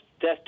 death